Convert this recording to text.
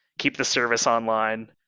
keep the service online.